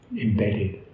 embedded